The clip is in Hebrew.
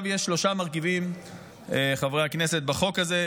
יש שלושה מרכיבים בחוק הזה,